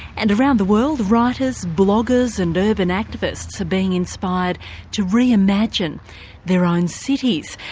and around the world writers, bloggers and urban activists are being inspired to re-imagine their own cities.